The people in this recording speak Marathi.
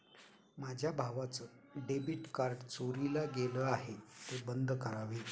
माझ्या भावाचं डेबिट कार्ड चोरीला गेलं आहे, ते बंद करावे